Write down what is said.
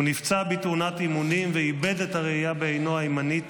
הוא נפצע בתאונת אימונים ואיבד את הראיה בעינו הימנית